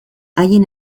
haien